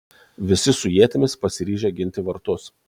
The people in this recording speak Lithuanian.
visi su ietimis pasiryžę ginti vartus